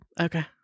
Okay